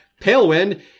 Palewind